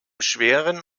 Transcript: schweren